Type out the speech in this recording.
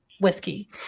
whiskey